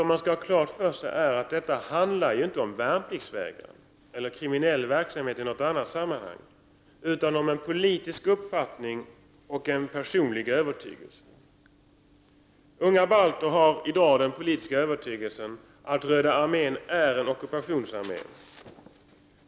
Vad man skall ha klart för sig är att detta inte handlar om värnpliktsvägran eller annan kriminell verksamhet, utan om en politisk uppfattning och en personlig övertygelse. Unga balter har i dag den politiska övertygelsen att Röda armén är en ockupationsarmé.